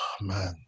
man